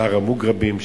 שער המוגרבים,